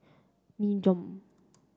Nin Jiom